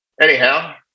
anyhow